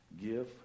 Give